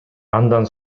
андан